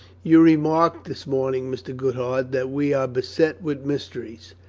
you remarked this morning, mr. goodhart, that we are beset with mysteries,